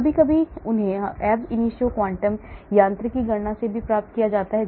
कभी कभी उन्हें ab initio quantum यांत्रिकी गणना से भी प्राप्त किया जाता है